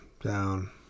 Down